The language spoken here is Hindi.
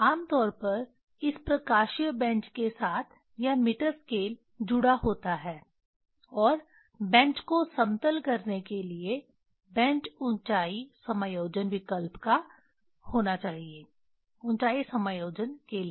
आम तौर पर इस प्रकाशीय बेंच के साथ यह मीटर स्केल जुड़ा होता है और बेंच को समतल करने के लिए बेंच ऊंचाई समायोजन विकल्प होना चाहिए ऊंचाई समायोजन के लिए